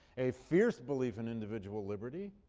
a fierce belief in individual liberty.